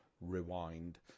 rewind